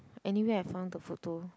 anyway I found the photo